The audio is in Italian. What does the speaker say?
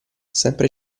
sempre